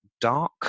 Dark